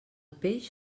peix